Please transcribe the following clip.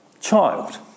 child